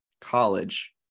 college